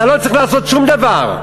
אתה לא צריך לעשות שום דבר,